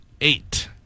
Eight